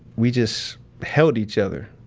we just held each other.